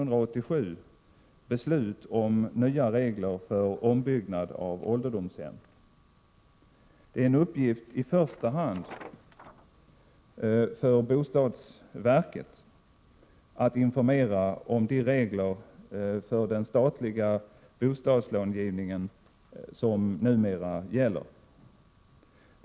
Det är en uppgift i första hand för bostadsverket att informera om de regler för den statliga bostadslångivningen som numera gäller.